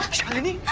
shalini,